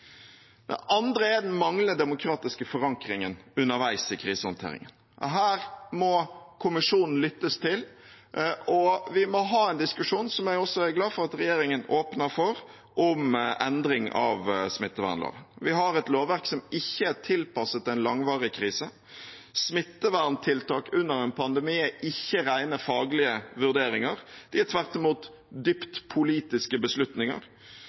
Det andre er den manglende demokratiske forankringen underveis i krisehåndteringen. Her må kommisjonen lyttes til, og vi må ha en diskusjon, som jeg også er glad for at regjeringen åpner for, om endring av smittevernloven. Vi har et lovverk som ikke er tilpasset en langvarig krise. Smitteverntiltak under en pandemi er ikke rene faglige vurderinger, de er tvert imot dypt politiske beslutninger.